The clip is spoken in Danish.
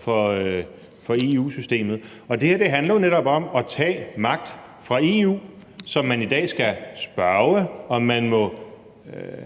for EU-systemet. Og det her handler jo netop om at tage magt fra EU, som man i dag skal spørge, om man må